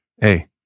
Hey